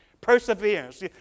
Perseverance